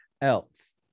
else